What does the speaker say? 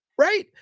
Right